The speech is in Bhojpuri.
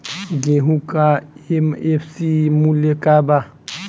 गेहू का एम.एफ.सी मूल्य का बा?